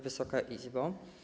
Wysoka Izbo!